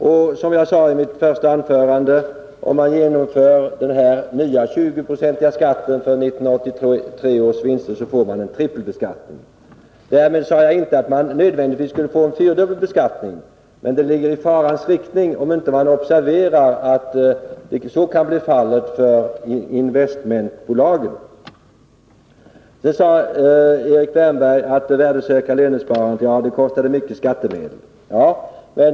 Om man, som jag sade i mitt första anförande, genomför den nya 20-procentiga skatten för 1983 års vinster, får man en trippelbeskattning. Däremot sade jag inte att man nödvändigtvis skulle få en fyrfaldig beskattning, men faran finns, om man inte observerar att så kan bli fallet för investmentbolagen. Erik Wärnberg sade att det värdesäkra lönsparandet kostade mycket i skattemedel.